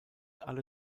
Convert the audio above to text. alle